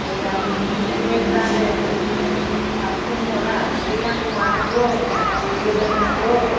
मैयाबो बिदिनो लेट जादों थाबखौनो हरा दुगैनांगौ मानांगौ दैबो लोंनांगौ